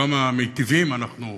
כמה מיטיבים אנחנו,